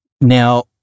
Now